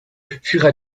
furent